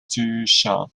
duchamp